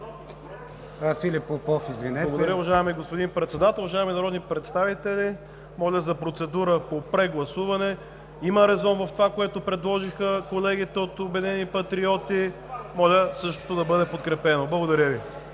(БСП за България): Благодаря, уважаеми господин Председател. Уважаеми народни представители! Моля за процедура по прегласуване. Има резон в това, което предложиха колегите от „Обединени патриоти“. Моля същото да бъде подкрепено. Благодаря Ви.